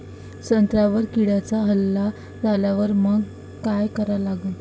संत्र्यावर किड्यांचा हल्ला झाल्यावर मंग काय करा लागन?